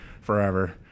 forever